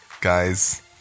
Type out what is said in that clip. guys